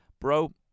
bro